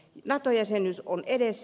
nato jäsenyys on edessä